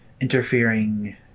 Interfering